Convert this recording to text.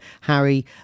Harry